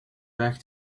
back